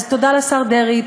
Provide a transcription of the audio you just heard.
אז תודה לשר דרעי,